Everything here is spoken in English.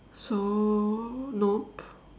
so nope